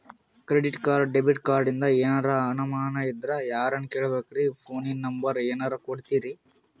Credit card, debit ಕಾರ್ಡಿಂದ ಏನರ ಅನಮಾನ ಇದ್ರ ಯಾರನ್ ಕೇಳಬೇಕ್ರೀ, ಫೋನಿನ ನಂಬರ ಏನರ ಕೊಡ್ತೀರಿ?